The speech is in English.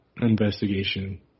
investigation